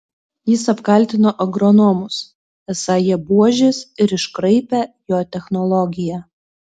jis apkaltino agronomus esą jie buožės ir iškraipę jo technologiją